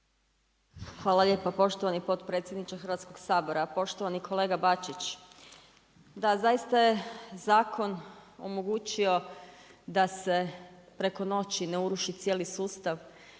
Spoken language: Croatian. Hvala lijepa poštovani potpredsjedniče Hrvatskog sabora. Poštovani kolega Bačić, da zaista je zakon omogućio da se preko noći ne uruši cijeli sustav